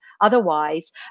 otherwise